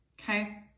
Okay